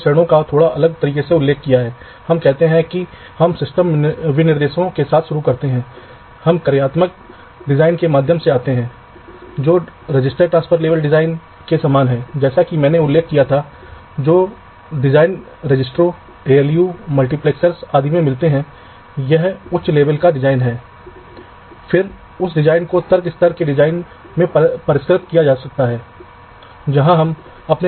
इसलिए मुझे यह सुनिश्चित करना चाहिए कि सर्किट द्वारा जो भी करंट निकला जा रहा है वही सर्किट जोकि मैं ड्राइव कर रहा हूँ मेरी पावर लाइन्स या ट्रैक्स को आवश्यक शक्ति को निकालने के लिए पर्याप्त चौड़ा होना चाहिए